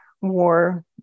war